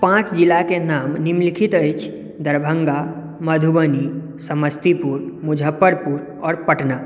पाँच जिलाके नाम निम्नलिखित अछि दरभङ्गा मधुबनी समस्तीपुर मुजफ्फरपुर आओर पटना